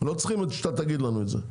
לא צריכים שאתה תגיד לנו את זה.